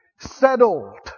Settled